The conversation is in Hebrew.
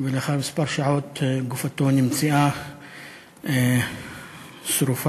ולאחר כמה שעות גופתו נמצאה שרופה,